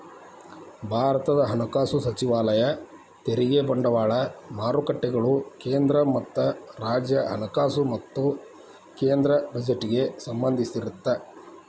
ಭಾರತದ ಹಣಕಾಸು ಸಚಿವಾಲಯ ತೆರಿಗೆ ಬಂಡವಾಳ ಮಾರುಕಟ್ಟೆಗಳು ಕೇಂದ್ರ ಮತ್ತ ರಾಜ್ಯ ಹಣಕಾಸು ಮತ್ತ ಕೇಂದ್ರ ಬಜೆಟ್ಗೆ ಸಂಬಂಧಿಸಿರತ್ತ